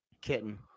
kitten